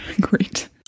great